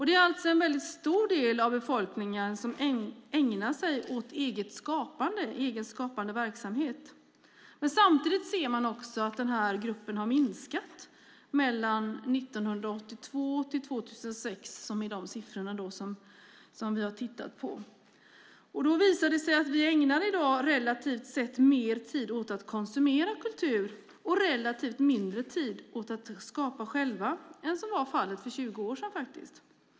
Det är alltså en väldigt stor del av befolkningen som ägnar sig åt egen skapande verksamhet, men samtidigt ser vi att den gruppen har minskat mellan 1982 och 2006. Det är de siffror som vi har tittat på. Det visar sig att vi i dag ägnar relativt sett mer tid åt att konsumera kultur och relativt sett mindre tid åt att själva skapa än vad som var fallet för 20 år sedan.